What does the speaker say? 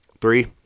Three